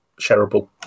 shareable